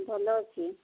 ଭଲ ଅଛି